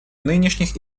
нынешних